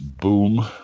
boom